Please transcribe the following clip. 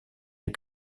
les